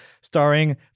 Starring